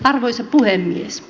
arvoisa puhemies